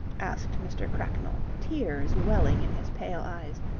asked mr. cracknell, tears welling in his pale eyes,